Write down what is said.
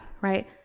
right